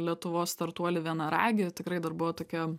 lietuvos startuolį vienaragį tikrai dar buvo tokia